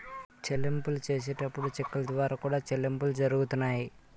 చెల్లింపులు చేసేటప్పుడు చెక్కుల ద్వారా కూడా చెల్లింపులు జరుగుతున్నాయి